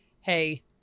hey